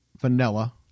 vanilla